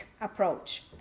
approach